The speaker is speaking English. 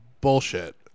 Bullshit